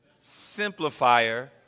simplifier